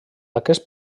aquest